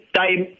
time